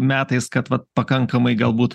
metais kad vat pakankamai galbūt